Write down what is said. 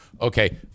Okay